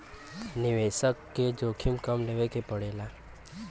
निवेसक के जोखिम कम लेवे के पड़ेला